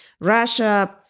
Russia